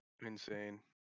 Insane